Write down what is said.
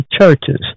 churches